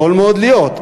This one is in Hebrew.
יכול מאוד להיות,